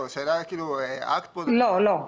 לא, לא.